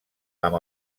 amb